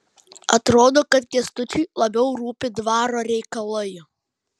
atrodo kad kęstučiui labiau rūpi dvaro reikalai